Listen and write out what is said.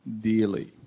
dearly